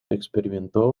experimentó